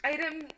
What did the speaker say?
Item